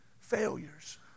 failures